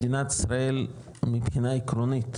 מדינת ישראל מבחינה עקרונית,